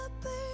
baby